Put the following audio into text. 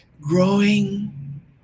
growing